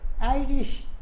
Irish